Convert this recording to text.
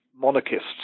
monarchists